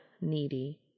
needy